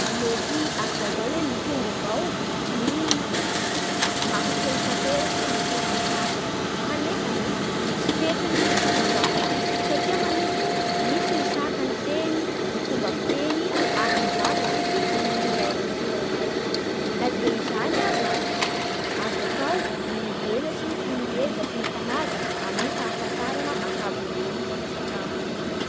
Mety azo lazay hoe mitombo avao ny maha fehy tanteraky ny kolotsay hafa, kanefany e misy fetrany io raha io, satria manino? Misy ny sakan'ny fiteny, ny fomba fiteny ary ny zavatry efa niainan'ny tsirairay. Na dia zany aza azo atao ny mivelatsy sy ny mifanaja amin'ny fahafantarana ankapobeny ny hafa.